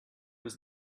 was